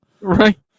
Right